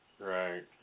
Right